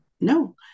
no